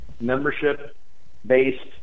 membership-based